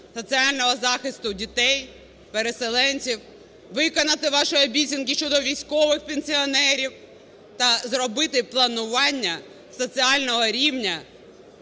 соціального захисту дітей, переселенців, виконати ваші обіцянки щодо військових пенсіонерів та зробити планування соціального рівня